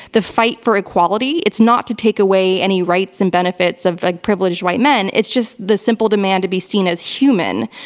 the fight for equality, it's not to take away any rights and benefits of like privileged white men, it's just the simple demand to be seen as human.